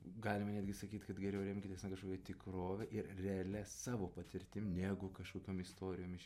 galime netgi sakyt kad geriau remkitės na kažkokia tikrove ir realia savo patirtim negu kažkokiom istorijom iš